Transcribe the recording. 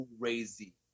crazy